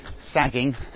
sagging